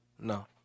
no